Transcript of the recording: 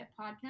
podcast